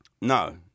No